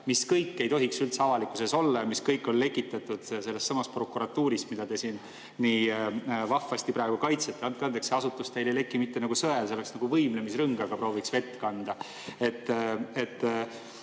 mis kõik ei tohiks üldse avalikud olla ja mis on lekitatud sellestsamast prokuratuurist, mida te nii vahvasti praegu kaitsete. Andke andeks, see asutus ei leki teil mitte nagu sõel, vaid nii, nagu võimlemisrõngaga prooviks vett kanda.